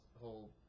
whole